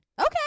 Okay